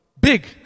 Big